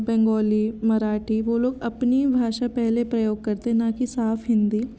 बंगाली मराठी वो लोग अपनी भाषा पहले प्रयोग करते है न की साफ हिन्दी